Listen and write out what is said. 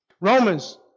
Romans